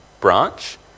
branch